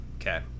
Okay